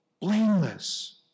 blameless